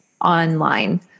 online